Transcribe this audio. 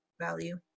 value